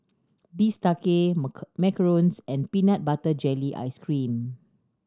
bistake macarons and peanut butter jelly ice cream